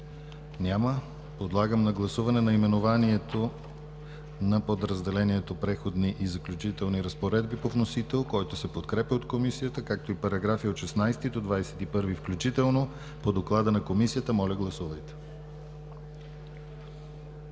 Няма. Подлагам на гласуване наименованието на подразделението „Преходни и заключителни разпоредби“ по вносител, което се подкрепя от Комисията, както и параграфи от 16 до 21 включително по доклада на Комисията. Гласували